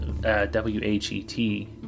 W-H-E-T